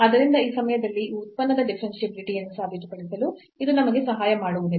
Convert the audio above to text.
ಆದ್ದರಿಂದ ಈ ಸಮಯದಲ್ಲಿ ಈ ಉತ್ಪನ್ನದ ಡಿಫರೆನ್ಷಿಯಾಬಿಲಿಟಿ ಯನ್ನು ಸಾಬೀತುಪಡಿಸಲು ಇದು ನಮಗೆ ಸಹಾಯ ಮಾಡುವುದಿಲ್ಲ